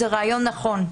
זה רעיון נכון,